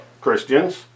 Christians